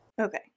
Okay